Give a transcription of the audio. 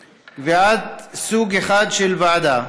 סוג אחד של ועדה,